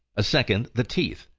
a second the teeth,